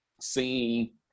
seeing